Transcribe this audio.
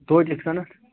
تویتہِ یِتھ کَنتھ